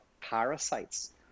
parasites